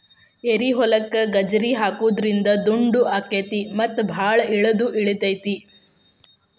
ಏರಿಹೊಲಕ್ಕ ಗಜ್ರಿ ಹಾಕುದ್ರಿಂದ ದುಂಡು ಅಕೈತಿ ಮತ್ತ ಬಾಳ ಇಳದು ಇಳಿತೈತಿ